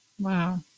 Wow